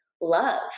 love